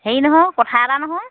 হেৰি নহয় কথা এটা নহয়